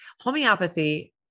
homeopathy